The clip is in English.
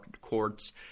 courts